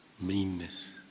meanness